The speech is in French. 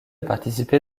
participé